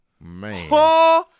Man